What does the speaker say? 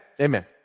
amen